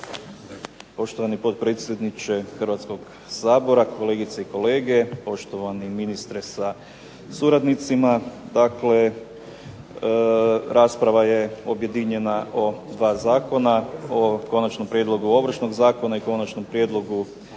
Poštovani potpredsjedniče Hrvatskoga sabora, kolegice i kolegice, poštovani ministre sa suradnicima. Dakle, rasprava je objedinjena o dva zakona, o Konačnom prijedlogu Ovršnog zakona i Konačnom prijedlogu